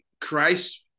Christ